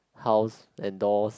house and doors